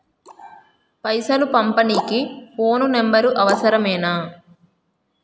పైసలు పంపనీకి phone number అవసరమేనా?